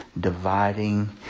dividing